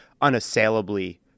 unassailably